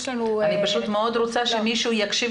יש לנו --- אני פשוט מאוד רוצה שמישהו יקשיב